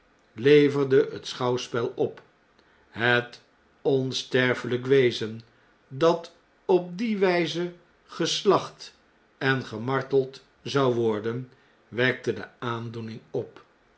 leverde het schouwspel op het onsterfeljjk wezen dat op die wijze geslacht en gemarteld zou worden wekte de aandoening op